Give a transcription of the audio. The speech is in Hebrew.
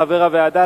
חבר הוועדה,